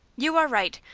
you are right.